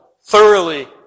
thoroughly